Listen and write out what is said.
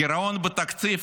הגירעון בתקציב,